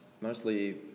mostly